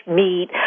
meat